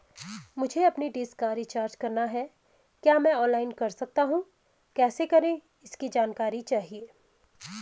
मुझे अपनी डिश का रिचार्ज करना है क्या मैं ऑनलाइन कर सकता हूँ कैसे करें इसकी जानकारी चाहिए?